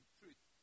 truth